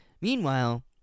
Meanwhile